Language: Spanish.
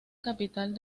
capital